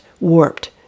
Warped